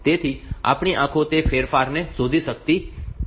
તેથી આપણી આંખો તે ફેરફારોને શોધી પણ નહીં શકે